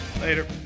Later